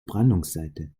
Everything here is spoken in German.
brandungsseite